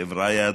חבריא,